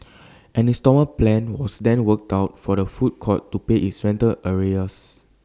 an instalment plan was then worked out for the food court to pay its rental arrears